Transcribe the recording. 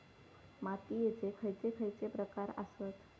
मातीयेचे खैचे खैचे प्रकार आसत?